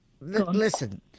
Listen